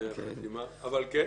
בהחלט מסכים.